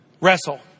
Wrestle